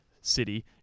City